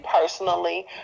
personally